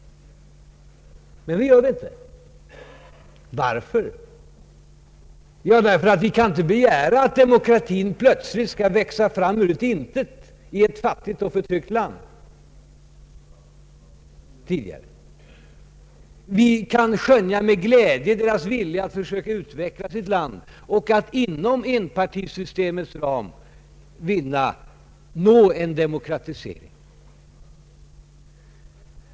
Men vi gör det inte. Varför? Jo, därför att vi inte kan begära att demokratin plötsligt skall växa fram ur ett intet i ett tidigare fattigt och förtryckt land. Vi kan med glädje skönja den vilja som där visas att försöka utveckla landet och att inom enpartisystemets ram nå en demokratisering.